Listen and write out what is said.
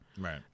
right